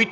и